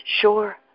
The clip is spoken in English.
sure